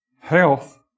health